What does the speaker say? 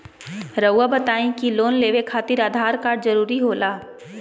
रौआ बताई की लोन लेवे खातिर आधार कार्ड जरूरी होला?